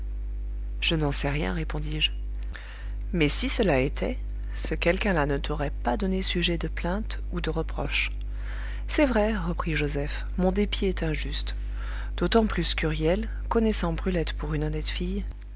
je n'en sais rien répondis-je mais si cela était ce quelquun là ne t'aurait pas donné sujet de plainte ou de reproche c'est vrai reprit joseph mon dépit est injuste d'autant plus qu'huriel connaissant brulette pour une honnête fille